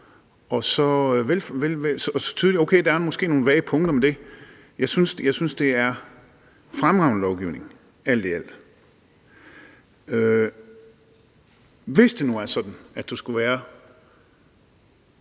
og så tydelig? Okay, der er måske nogle vage punkter, men jeg synes alt i alt, det er fremragende lovgivning. Hvis det nu skulle være